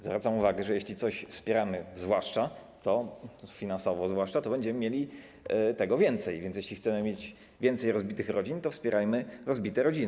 Zwracam uwagę, że jeśli coś wspieramy, zwłaszcza finansowo, to będziemy mieli tego więcej, więc jeśli chcemy mieć więcej rozbitych rodzin, to wspierajmy rozbite rodziny.